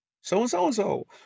So-and-so-and-so